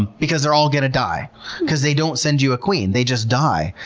because they're all going to die because they don't send you a queen. they just die.